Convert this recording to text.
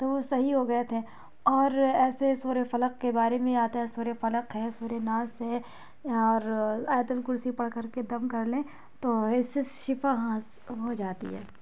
تو وہ صحیح ہو گئے تھے اور ایسے ہی سورہ فلق کے بارے میں آتا ہے سورہ فلق ہے سورہ ناس ہے اور آیۃ الکرسی پڑھ کر کے دم کر لیں تو اس سے شفاء حاصل ہو جاتی ہے